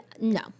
no